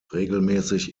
regelmäßig